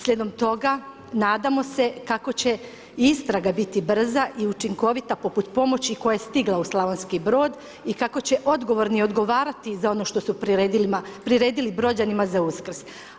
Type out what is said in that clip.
Slijedom toga, nadamo se kako će istraga biti brza i učinkovita poput pomoći koja je stigla u SB i kako će odgovorni odgovarati za ono što su priredili Brođanima za Uskrs.